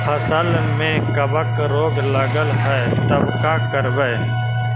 फसल में कबक रोग लगल है तब का करबै